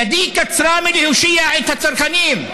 ידי קצרה מלהושיע את הצרכנים.